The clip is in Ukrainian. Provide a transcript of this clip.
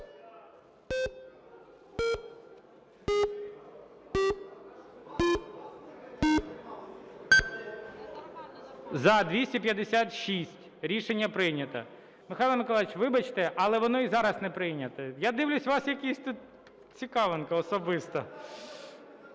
За-256 Рішення прийнято. Михайло Миколайович, вибачте, але воно й зараз не прийнято. Я дивлюся, у вас якісь тут цікавинки особисто.